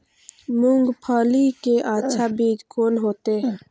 मूंगफली के अच्छा बीज कोन होते?